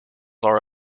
are